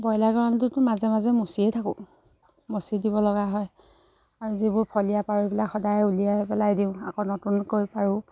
broiler গঁৰালটোতো মাজে মাজে মচিয়েই থাকোঁ মচি দিব লগা হয় আৰু যিবোৰ ফলীয়া পাৰোঁবিলাক সদায় উলিয়াই পেলাই দিওঁ আকৌ নতুনকৈ পাৰোঁ